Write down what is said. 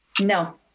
No